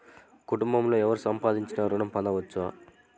కుటుంబంలో ఎవరు సంపాదించినా ఋణం పొందవచ్చా?